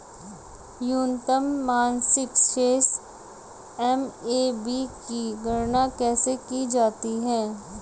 न्यूनतम मासिक शेष एम.ए.बी की गणना कैसे की जाती है?